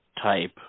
type